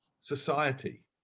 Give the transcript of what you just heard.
society